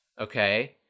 Okay